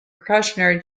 precautionary